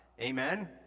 Amen